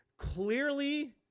Clearly